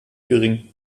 gering